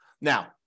Now